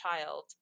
child